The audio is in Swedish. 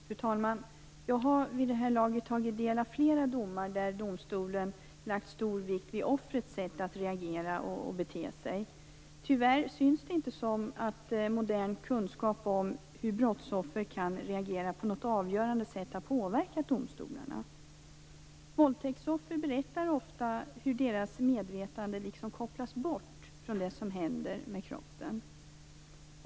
Fru talman! Jag har vid det här laget tagit del av flera domar, där domstolen har lagt stor vikt vid offrets sätt att reagera och bete sig. Tyvärr syns det inte som om modern kunskap om hur brottsoffer kan reagera har påverkat domstolarna på något avgörande sätt. Våldtäktsoffer berättar ofta om hur deras medvetanden liksom kopplas bort från det som händer med kroppen.